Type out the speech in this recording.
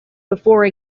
before